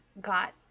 got